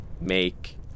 make